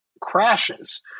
crashes